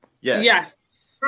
Yes